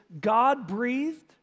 God-breathed